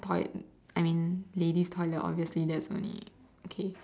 toilet I mean lady's toilet obviously there's only okay